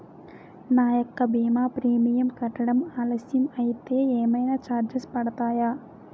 నా యెక్క భీమా ప్రీమియం కట్టడం ఆలస్యం అయితే ఏమైనా చార్జెస్ పడతాయా?